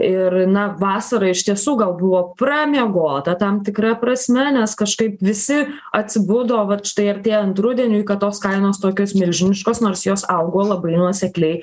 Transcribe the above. ir na vasara iš tiesų gal buvo pramiegota tam tikra prasme nes kažkaip visi atsibudo vat štai artėjant rudeniui kad tos kainos tokios milžiniškos nors jos augo labai nuosekliai